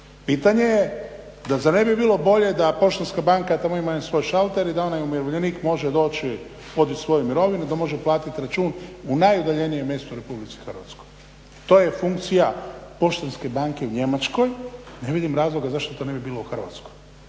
Pitanje je dal' zar ne bi bilo bolje da Poštanska banka tamo ima jedan svoj šalter i da onaj umirovljenik može doći podići svoju mirovinu i da može platit račun u najudaljenijem mjestu Republike Hrvatske. To je funkcija Poštanske banke u Njemačkoj. Ne vidim razloga zašto to ne bi bilo u Hrvatskoj.